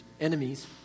enemies